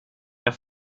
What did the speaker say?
jag